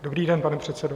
Dobrý den, pane předsedo.